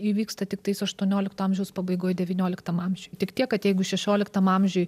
įvyksta tiktais aštuoniolikto amžiaus pabaigoj devynioliktam amžiuj tik tiek kad jeigu šešioliktam amžiuj